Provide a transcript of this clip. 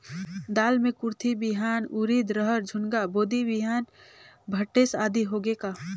दाल मे कुरथी बिहान, उरीद, रहर, झुनगा, बोदी बिहान भटेस आदि होगे का?